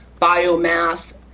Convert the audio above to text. biomass